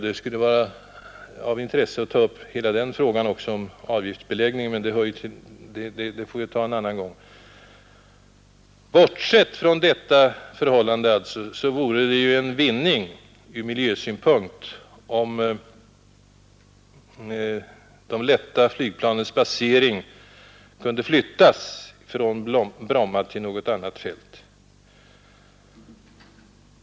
Det skulle därför vara av intresse att ta upp också hela. den frågan. Avgiftsbeläggningen får vi väl dock behandla en annan gång. Det vore emellertid en klar vinning ur miljösynpunkt, om de lätta flygplanens basering kunde flyttas från Bromma till något annat flygfält.